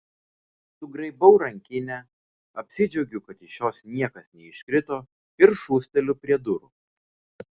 sugraibau rankinę apsidžiaugiu kad iš jos niekas neiškrito ir šūsteliu prie durų